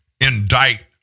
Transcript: indict